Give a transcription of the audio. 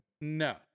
No